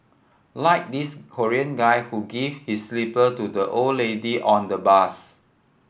like this Korean guy who gave his slipper to the old lady on the bus